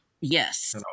Yes